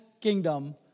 kingdom